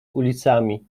ulicami